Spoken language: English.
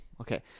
Okay